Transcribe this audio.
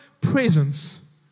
presence